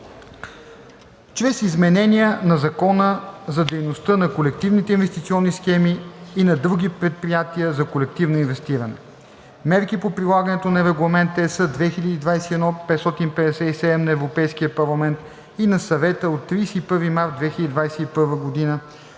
чрез изменения на Закона за дейността на колективните инвестиционни схеми и на други предприятия за колективно инвестиране; мерки по прилагането на Регламент (ЕС) 2021/557 на Европейския парламент и на Съвета от 31 март 2021 г.